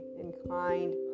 inclined